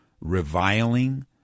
reviling